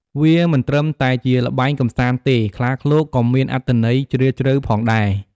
វាមិនត្រឹមតែជាល្បែងកម្សាន្តទេ ខ្លាឃ្លោកក៏មានអត្ថន័យជ្រាលជ្រៅផងដែរ។